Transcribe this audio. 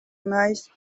nice